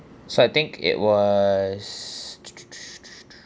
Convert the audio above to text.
so I think it was